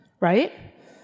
Right